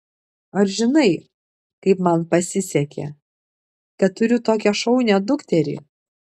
ar žinai kaip man pasisekė kad turiu tokią šaunią dukterį